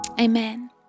Amen